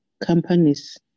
companies